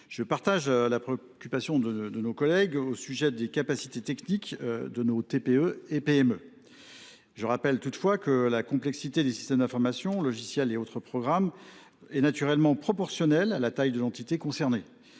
Je partage la préoccupation de nos collègues au sujet des capacités techniques de nos TPE et PME. Je rappelle toutefois que la complexité des systèmes d’information, logiciels et autres programmes informatiques est naturellement proportionnelle à la taille de l’entité concernée.